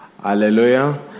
Hallelujah